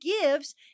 gives